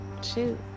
shoot